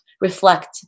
reflect